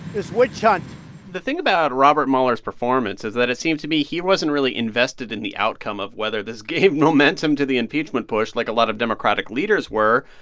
this witch hunt the thing about robert mueller's performance is that it seems to me he wasn't really invested in the outcome of whether this gave momentum to the impeachment push like a lot of democratic leaders were.